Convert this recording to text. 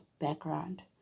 background